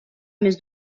més